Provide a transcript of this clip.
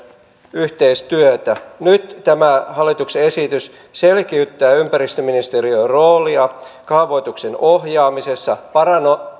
yhteistyötä nyt tämä hallituksen esitys selkeyttää ympäristöministeriön roolia kaavoituksen ohjaamisessa parantaa